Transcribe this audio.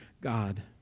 God